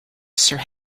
sir